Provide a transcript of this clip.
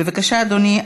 בבקשה, אדוני.